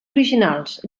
originals